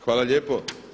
Hvala lijepo.